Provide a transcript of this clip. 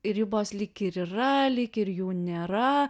ribos lyg ir yra lyg ir jų nėra